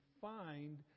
find